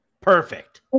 Perfect